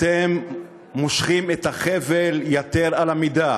אתם מושכים את החבל יתר על המידה.